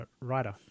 writer